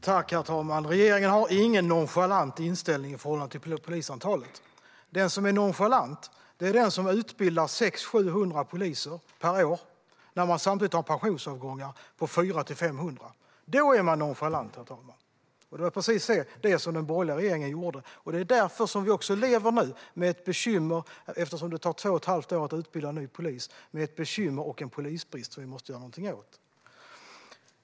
Herr talman! Regeringen har inte någon nonchalant inställning när det gäller antalet poliser. Den som är nonchalant är den som utbildar 600-700 poliser per år när det samtidigt är 400-500 som går i pension. Då är man nonchalant. Det var precis det som den borgerliga regeringen gjorde. Det är därför som vi nu lever med ett bekymmer och en polisbrist som vi måste göra någonting åt, eftersom det tar två och ett halvt år att utbilda nya poliser. Herr talman!